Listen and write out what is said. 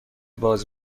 باز